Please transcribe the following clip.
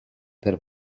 per